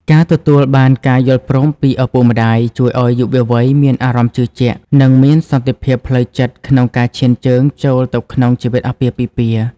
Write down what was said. ការទទួលបានការយល់ព្រមពីឪពុកម្ដាយជួយឱ្យយុវវ័យមានអារម្មណ៍ជឿជាក់ និងមានសន្តិភាពផ្លូវចិត្តក្នុងការឈានជើងចូលទៅក្នុងជីវិតអាពាហ៍ពិពាហ៍។